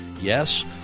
yes